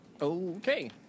Okay